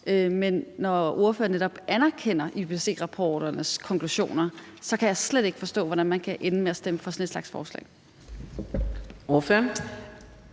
men når ordføreren netop anerkender IPCC-rapportens konklusioner, kan jeg slet ikke forstå, at man kan ende med at stemme for sådan en slags forslag.